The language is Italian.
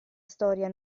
storia